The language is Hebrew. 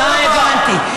אה, הבנתי.